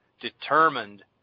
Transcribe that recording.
determined